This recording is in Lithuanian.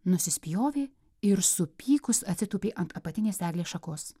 nusispjovė ir supykus atsitūpė ant apatinės eglės šakos